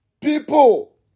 people